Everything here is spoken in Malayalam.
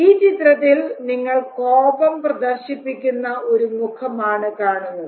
ഈ ചിത്രത്തിൽ നിങ്ങൾ കോപം പ്രദർശിപ്പിക്കുന്ന ഒരു മുഖമാണ് കാണുന്നത്